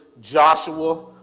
Joshua